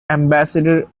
ambassador